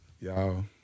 y'all